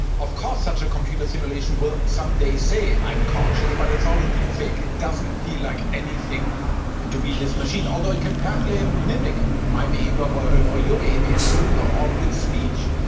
of course such a computer simulation will someday say i'm conscious, but it's all a deep fake, it doesn't feel like anything and to be this machine, although it can perfectly mimic my behaviour or your behaviour, including all all of its speech.